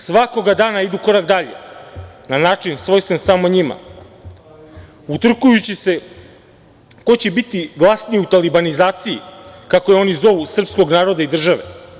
Svakoga dana idu korak dalje na način svojstven samo njima, utrkujući se ko će biti glasniji u talibanizaciji, kako je oni zovu, srpskog naroda i države.